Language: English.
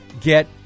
get